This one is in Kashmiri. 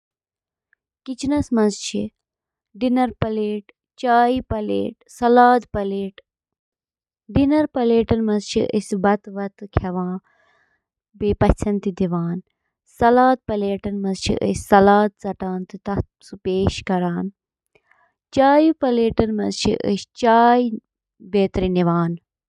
ڈش واشر چھِ اکھ یِژھ مِشیٖن یۄسہٕ ڈِشوار، کُک ویئر تہٕ کٹلری پٲنۍ پانے صاف کرنہٕ خٲطرٕ استعمال چھِ یِوان کرنہٕ۔ ڈش واشرٕچ بنیٲدی کٲم چھِ برتن، برتن، شیشہِ ہٕنٛدۍ سامان تہٕ کُک ویئر صاف کرٕنۍ۔